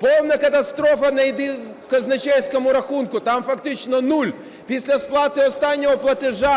Повна катастрофа на казначейському рахунку, там фактично нуль, після сплати останнього платежу